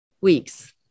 weeks